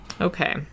Okay